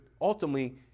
ultimately